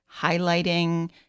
highlighting